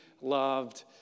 loved